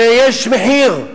ויש מחיר.